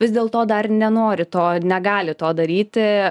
vis dėl to dar nenori to negali to daryti